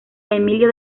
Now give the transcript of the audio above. emilio